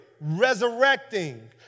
resurrecting